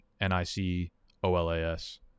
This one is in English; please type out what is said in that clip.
N-I-C-O-L-A-S